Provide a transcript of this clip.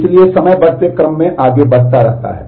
इसलिए समय बढ़ते क्रम में आगे बढ़ता है